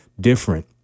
different